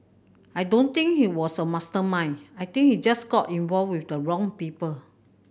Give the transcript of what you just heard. I don't think he was a mastermind I think he just got involved with the wrong people